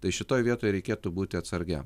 tai šitoj vietoj reikėtų būti atsargiem